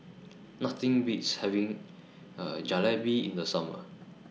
Nothing Beats having Jalebi in The Summer